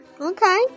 Okay